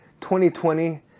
2020